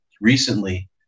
recently